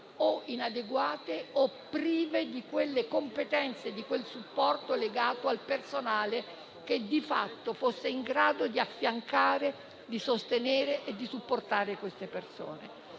inadeguate o prive di quelle competenze e di quel supporto legato a personale di fatto in grado di affiancare, sostenere e supportare queste persone.